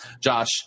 Josh